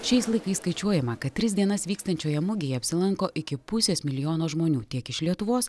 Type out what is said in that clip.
šiais laikais skaičiuojama kad tris dienas vykstančioje mugėje apsilanko iki pusės milijono žmonių tiek iš lietuvos